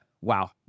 Wow